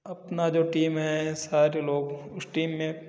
अपना जो टीम है सारे लोग उस टीम में